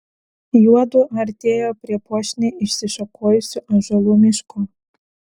juodu artėjo prie puošniai išsišakojusių ąžuolų miško